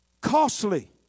Costly